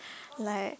like